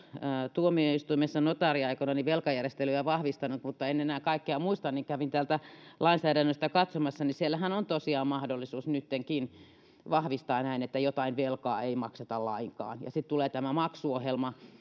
tuomioistuimessa notaariaikoinani velkajärjestelyjä vahvistanut mutta en enää kaikkea muista niin kävin täältä lainsäädännöstä katsomassa niin siellähän on tosiaan mahdollisuus nyttenkin vahvistaa näin että jotain velkaa ei makseta lainkaan ja sitten tulee tämä maksuohjelma